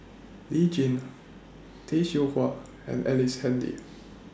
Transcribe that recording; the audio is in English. Lee Tjin Tay Seow Huah and Ellice Handy